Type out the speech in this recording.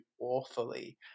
awfully